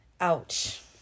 ouch